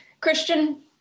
Christian